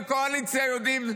בקואליציה יודעים,